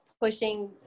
pushing